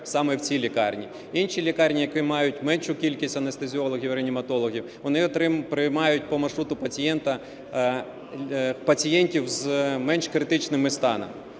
саме в ці лікарні. Інші лікарні, які мають меншу кількість анестезіологів-реаніматологів, вони приймають по маршруту пацієнтів з менш критичними станами.